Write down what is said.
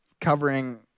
covering